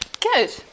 good